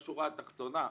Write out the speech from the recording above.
בשורה התחתונה,